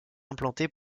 implantées